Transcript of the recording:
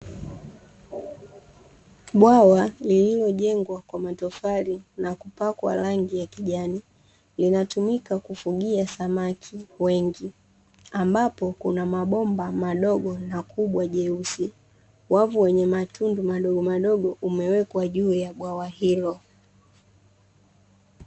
Bwawa lililojengwa kwa matofali na kupakwa rangi ya kijani, Linatumika kufugia samaki wengi, ambapo kuna mabomba madogo na kubwa jeusi wavu wenye matundu madogomadogo umewekwa juu ya bwawa hilo.